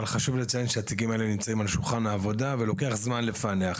אבל חשוב לציין שהתיקים האלה נמצאים על שולחן העבודה ולוקח זמן לפענח,